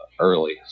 early